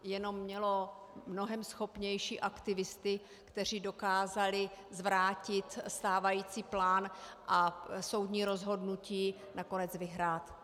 Jenom mělo mnohem schopnější aktivisty, kteří dokázali zvrátit stávající plán a soudní rozhodnutí nakonec vyhrát.